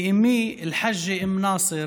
מאימי, אל-חאג'ה אום נאסר,